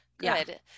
Good